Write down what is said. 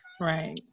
Right